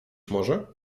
może